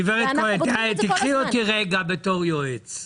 גב' כהן, קחי אותי לרגע בתור יועץ.